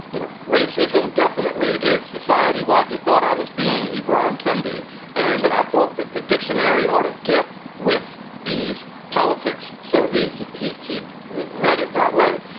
you know, racism definitely is society wide. he thought i was being ibram kennedy and that i thought that the dictionary ought to get with these politics. so he he he he read it that way.